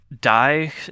die